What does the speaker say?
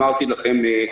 אמרתי לכם,